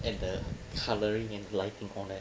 and the colouring and lighting corner